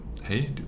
hey